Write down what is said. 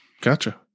Gotcha